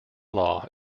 law